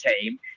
team